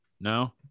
No